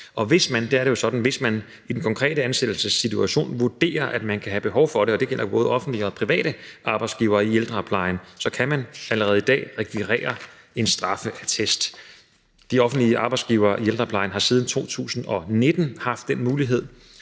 Hvis man i den konkrete ansættelsessituation vurderer, at man kan have behov for det – og det gælder både offentlige og private arbejdsgivere i ældreplejen – så kan man allerede i dag rekvirere en straffeattest. De offentlige arbejdsgivere i ældreplejen har siden 2019 haft den mulighed.